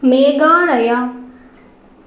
Meghalaya